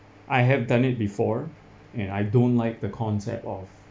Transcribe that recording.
I have done it before and I don't like the concept of